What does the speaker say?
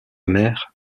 mère